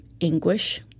anguish